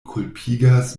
kulpigas